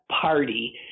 party